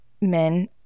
men